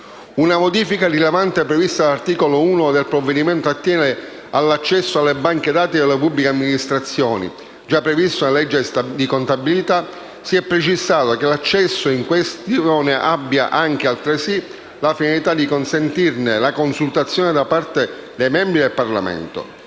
Una modifica rilevante prevista all'articolo 1 del provvedimento attiene all'accesso alle banche dati delle pubbliche amministrazioni, già previsto nella legge di contabilità: si è precisato che l'accesso in questione abbia anche altresì la finalità di consentirne la consultazione da parte dei membri del Parlamento.